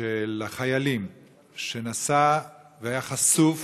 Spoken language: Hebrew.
של החיילים שנסע והיה חשוף